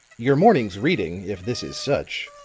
your morning's reading, if this is such,